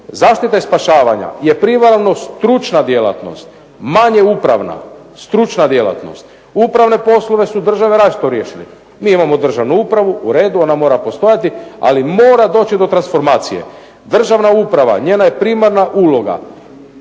Zaštita i spašavanje je privremeno stručna djelatnost, manje upravna stručna djelatnost. Uprave poslove su države različito riješili. Mi imamo državnu upravu uredu, ona mora postojati, ali mora dođi do transformacije. Državna uprava njena je primarna uloga